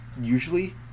usually